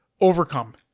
Overcome